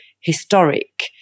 historic